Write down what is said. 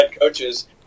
coaches